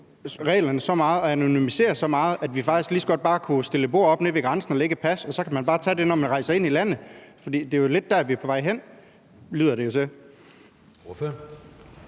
reglerne så meget og anonymisere så meget, at vi faktisk lige så godt bare kunne stille et bord op nede ved grænsen og lægge et pas, og så kan man bare tage det, når man rejser ind i landet? For det er jo lidt der, vi er på vej hen, lyder det til. Kl.